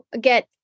get